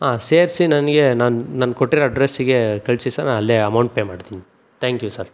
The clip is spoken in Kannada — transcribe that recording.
ಸೇರಿಸಿ ನನಗೆ ನಾನು ನಾನು ಕೊಟ್ಟಿರೋ ಅಡ್ರೆಸ್ಸಿಗೆ ಕಳಿಸಿ ಸರ್ ನಾನು ಅಲ್ಲೆ ಅಮೌಂಟ್ ಪೇ ಮಾಡ್ತೀನಿ ಥ್ಯಾಂಕ್ ಯು ಸರ್